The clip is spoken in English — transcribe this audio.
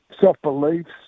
self-beliefs